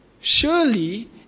Surely